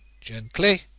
gently